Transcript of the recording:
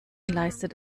leistet